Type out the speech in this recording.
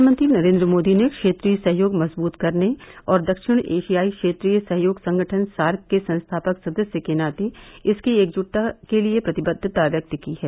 प्रधानमंत्री नरेंद्र मोदी ने क्षेत्रीय सहयोग मजबूत करने और दक्षिण एशियाई क्षेत्रीय सहयोग संगठन सार्क के संस्थापक सदस्य के नाते इसकी एकजुटता के लिए प्रतिबद्वता व्यक्त की है